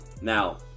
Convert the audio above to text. Now